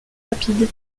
rapide